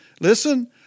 listen